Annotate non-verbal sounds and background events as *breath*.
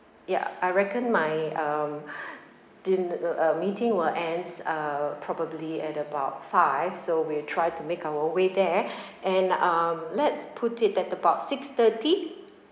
ya I reckon my um *breath* dinner uh uh meeting will ends uh probably at about five so we'll try to make our way there *breath* and um let's put it at about six thirty